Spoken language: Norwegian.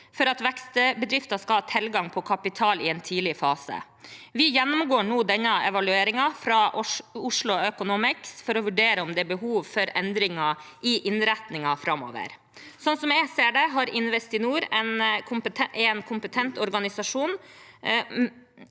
for at vekstbedrifter skal ha tilgang på kapital i en tidlig fase. Vi gjennomgår nå denne evalueringen fra Oslo Economics for å vurdere om det er behov for endringer i innretningen framover. Slik jeg ser det, er Investinor en kompetent organisasjon